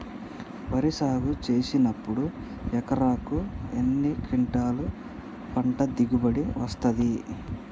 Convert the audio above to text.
వరి సాగు చేసినప్పుడు ఎకరాకు ఎన్ని క్వింటాలు పంట దిగుబడి వస్తది?